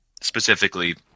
specifically